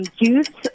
juice